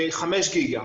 כ-5 ג'יגה.